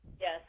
Yes